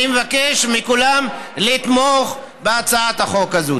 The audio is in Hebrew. אני מבקש מכולם לתמוך בהצעת החוק הזאת.